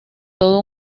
todo